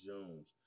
Jones